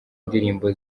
indirimbo